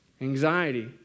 Anxiety